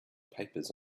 papers